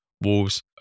Wolves